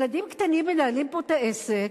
ילדים קטנים מנהלים פה את העסק.